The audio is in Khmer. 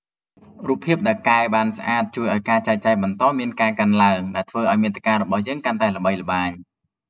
រូបភាពដែលកែបានស្អាតជួយឱ្យ ការចែកចាយ បន្តមានការកើនឡើង ដែលធ្វើឱ្យមាតិការបស់យើងកាន់តែល្បីល្បាញ។